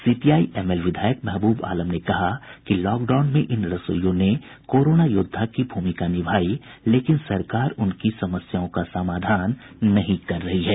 CPI ML विधायक महबूब आलम ने ने कहा कि लॉकडाउन में इन रसोईयों ने कोरोना योद्धा की भूमिका निभायी लेकिन सरकार उनकी समस्याओं का समाधान नहीं कर रही है